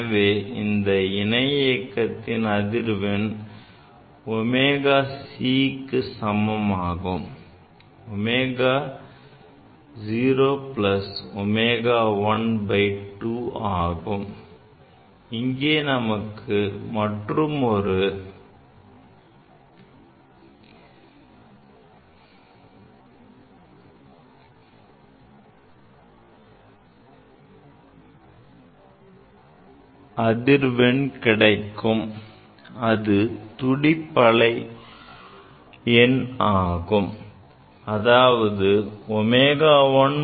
எனவே இந்த இணை இயக்கத்தின் அதிர்வெண் omega c சமம் omega 0 plus omega 1 by 2 ஆகும் இங்கே நமக்கு மற்றொரு அதிர்வெண் கிடைக்கும் அது துடிப்பலை எண் ஆகும் அதாவது ω1 - ω02